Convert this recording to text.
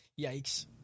Yikes